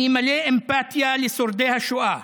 אני מלא אמפתיה לשורדי השואה,